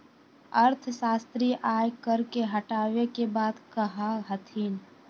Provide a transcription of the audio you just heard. अर्थशास्त्री आय कर के हटावे के बात कहा हथिन